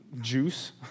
juice